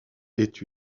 est